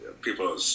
people